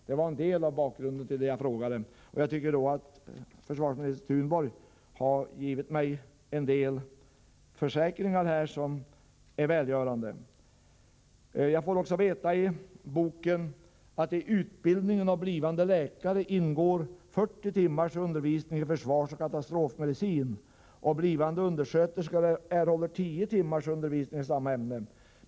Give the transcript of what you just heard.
Detta var något av bakgrunden till det som jag har frågat om, och försvarsminister Thunborg har givit mig en del välgörande försäkringar. Vi får i boken också veta att det i utbildningen av blivande läkare ingår 40 timmars undervisning i försvarsoch katastrofmedicin och att blivande undersköterskor erhåller 10 timmars undervisning i samma ämne.